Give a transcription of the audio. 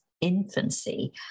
infancy